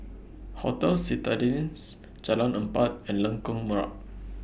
Hotel Citadines Jalan Empat and Lengkok Merak